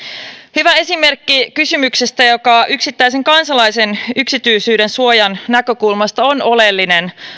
hyvä esimerkki kysymyksestä joka yksittäisen kansalaisen yksityisyydensuojan näkökulmasta on oleellinen